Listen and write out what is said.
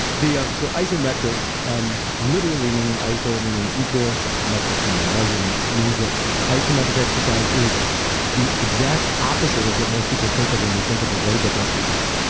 um so isometrics um literally meaning iso meaning equal, metrics meaning measurements, means that isometric exercise is the exact opposite of what most people think of when they think of aerobic exercise.